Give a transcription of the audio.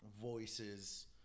voices